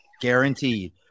Guaranteed